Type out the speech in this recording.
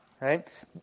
right